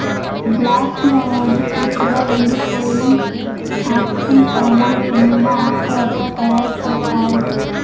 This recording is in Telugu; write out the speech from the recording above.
బ్లాక్ టీ అనేది పూర్తిక ఎండిపోయి ఆక్సీకరణం చెందిన ఆకులతో తయారు చేత్తారు